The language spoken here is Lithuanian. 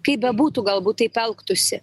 kaip bebūtų galbūt taip elgtųsi